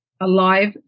alive